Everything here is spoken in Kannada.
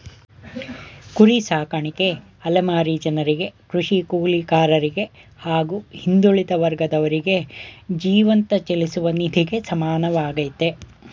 ಕುರಿ ಸಾಕಾಣಿಕೆ ಅಲೆಮಾರಿ ಜನರಿಗೆ ಕೃಷಿ ಕೂಲಿಗಾರರಿಗೆ ಹಾಗೂ ಹಿಂದುಳಿದ ವರ್ಗದವರಿಗೆ ಜೀವಂತ ಚಲಿಸುವ ನಿಧಿಗೆ ಸಮಾನವಾಗಯ್ತೆ